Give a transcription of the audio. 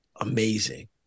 amazing